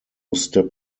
step